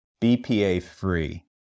BPA-free